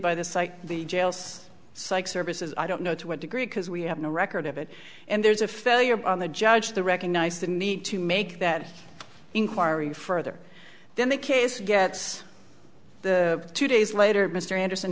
by the psych the jails psych services i don't know to what degree because we have no record of it and there's a failure on the judge the recognize the need to make that inquiry further then the case gets the two days later mr anderson